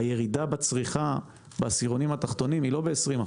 הירידה בעשירונים התחתונים מגיעה גם ל-40%.